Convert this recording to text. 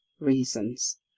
reasons